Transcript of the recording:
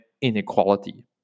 inequality